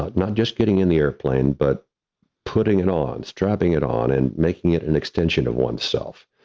not not just getting in the airplane, but putting it on, strapping it on, and making it an extension of oneself,